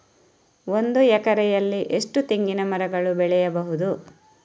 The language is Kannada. ಒಂದು ಎಕರೆಯಲ್ಲಿ ಎಷ್ಟು ತೆಂಗಿನಮರಗಳು ಬೆಳೆಯಬಹುದು?